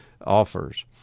offers